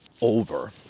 over